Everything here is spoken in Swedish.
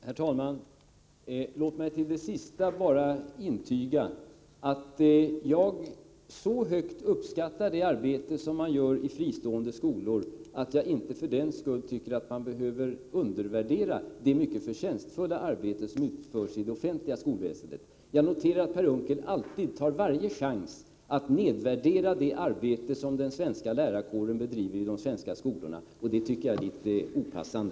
Herr talman! Låt mig till det senast anförda bara intyga att jag högt uppskattar det arbete som man utför i fristående skolor. Men jag tycker inte för den skull att man behöver undervärdera det mycket förtjänstfulla arbete som utförs i det offentliga skolväsendet. Jag noterar att Per Unckel tar varje chans att nedvärdera det arbete som den svenska lärarkåren bedriver i de svenska skolorna — och det tycker jag är litet opassande.